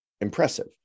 Impressive